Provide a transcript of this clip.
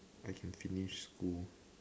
I can finish school